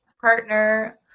partner